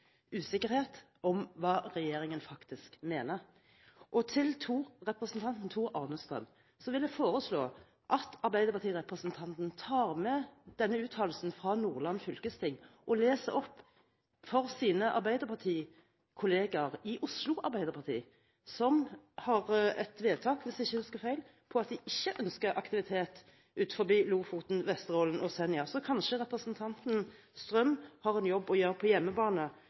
usikkerhet om hva regjeringen faktisk mener. Til representanten Tor-Arne Strøm vil jeg foreslå at arbeiderpartirepresentanten tar med seg denne uttalelsen fra Nordland fylkesting og leser den opp for sine arbeiderpartikolleger i Oslo Arbeiderparti, som har et vedtak – hvis jeg ikke husker feil – på at de ikke ønsker aktivitet utenfor Lofoten, Vesterålen og Senja. Kanskje representanten Strøm har en jobb å gjøre på hjemmebane